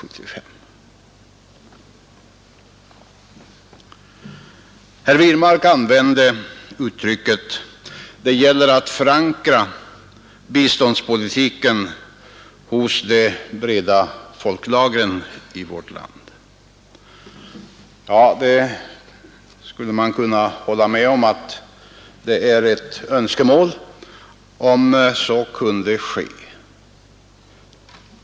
Herr Wirmark använde uttrycket att det gäller att förankra biståndspolitiken hos de breda folklagren i vårt land. Ja, det skulle man kunna hålla med om att det är önskvärt att så kan ske.